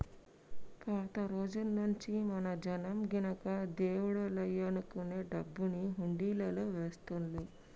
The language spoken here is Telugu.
పాత రోజుల్నుంచీ మన జనం గినక దేవుడికియ్యాలనుకునే డబ్బుని హుండీలల్లో వేస్తుళ్ళు